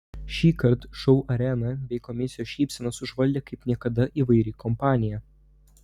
šįkart šou areną bei komisijos šypsenas užvaldė kaip niekada įvairi kompanija